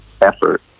effort